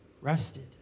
rested